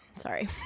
sorry